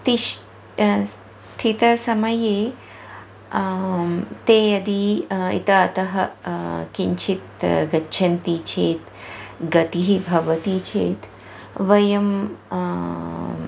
तिष्ठति अस्ति स्थितसमये ते यदि इतः अतः किञ्चित् गच्छन्ति चेत् गतिः भवति चेत् वयं